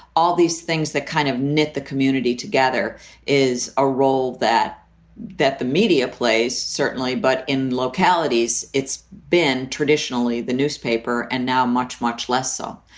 all these things that kind of knit the community together is a role that that the media plays. certainly. but in localities, it's been traditionally the newspaper and now much, much less so.